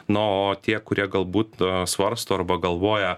na o tie kurie galbūt svarsto arba galvoja